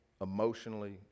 emotionally